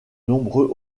nombreux